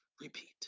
repeat